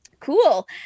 Cool